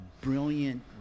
brilliant